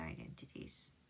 identities